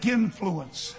influence